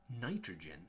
nitrogen